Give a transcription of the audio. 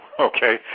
Okay